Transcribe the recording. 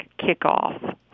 kickoff